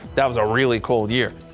that was a really cold year.